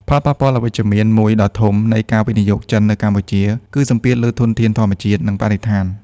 ផលប៉ះពាល់អវិជ្ជមានមួយដ៏ធំនៃការវិនិយោគចិននៅកម្ពុជា គឺសម្ពាធលើធនធានធម្មជាតិ និងបរិស្ថាន។